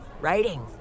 writing